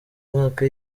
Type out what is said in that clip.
umwaka